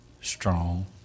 strong